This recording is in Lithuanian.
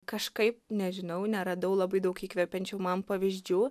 kažkaip nežinau neradau labai daug įkvepiančių man pavyzdžių